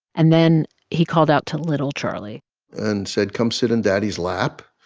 and then he called out to little charlie and said, come sit in daddy's lap.